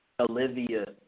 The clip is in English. Olivia